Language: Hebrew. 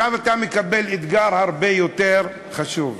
עכשיו אתה מקבל אתגר הרבה יותר חשוב,